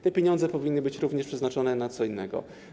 Te pieniądze powinny być również przeznaczone na co innego.